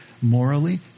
morally